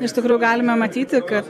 iš tikrųjų galime matyti kad